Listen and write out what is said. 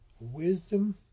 wisdom